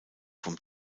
vom